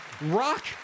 Rock